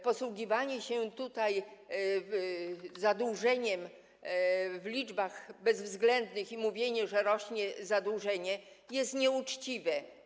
Posługiwanie się tutaj określeniem zadłużenia w liczbach bezwzględnych i mówienie, że rośnie zadłużenie, jest nieuczciwe.